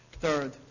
Third